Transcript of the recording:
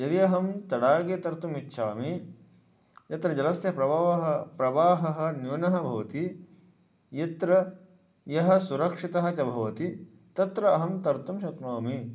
यदि अहं तडागे तर्तुम् इच्छामि यत्र जलस्य प्रभावः प्रवाहः न्यूनः भवति यत्र यः सुरक्षितः च भवति तत्र अहं तर्तुं शक्नोमि